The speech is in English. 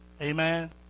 Amen